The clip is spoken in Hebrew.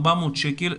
400 שקל,